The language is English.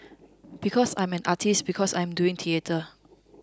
because I am an artist because I am doing theatre